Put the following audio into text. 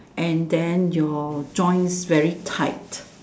and then your joints very tight